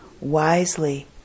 wisely